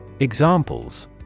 Examples